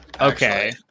Okay